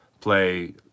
play